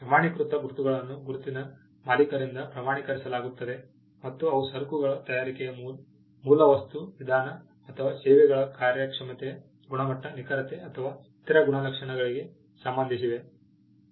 ಪ್ರಮಾಣಿಕೃತ ಗುರುತುಗಳನ್ನು ಗುರುತಿನ ಮಾಲೀಕರಿಂದ ಪ್ರಮಾಣೀಕರಿಸಲಾಗುತ್ತದೆ ಮತ್ತು ಅವು ಸರಕುಗಳ ತಯಾರಿಕೆಯ ಮೂಲ ವಸ್ತು ವಿಧಾನ ಅಥವಾ ಸೇವೆಗಳ ಕಾರ್ಯಕ್ಷಮತೆ ಗುಣಮಟ್ಟ ನಿಖರತೆ ಅಥವಾ ಇತರ ಗುಣಲಕ್ಷಣಗಳಿಗೆ ಸಂಬಂಧಿಸಿವೆ